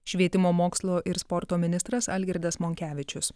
švietimo mokslo ir sporto ministras algirdas monkevičius